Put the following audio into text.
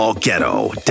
ghetto